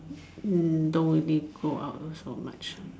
mm don't really go out so much